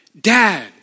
Dad